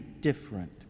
different